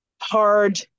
hard